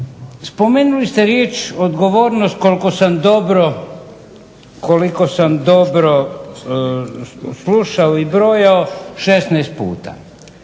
spomenuli ste riječ odgovornost koliko sam dobro slušao i brojao 16 puta.